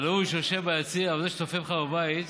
אבל ההוא שיושב ביציע וזה שצופה בך בבית